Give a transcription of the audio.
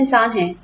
सब इंसान हैं